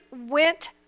went